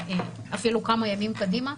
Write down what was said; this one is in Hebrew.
אפילו כמה ימים קדימה,